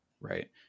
right